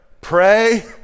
pray